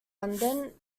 london